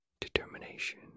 determination